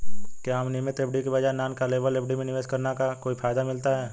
क्या हमें नियमित एफ.डी के बजाय नॉन कॉलेबल एफ.डी में निवेश करने का कोई फायदा मिलता है?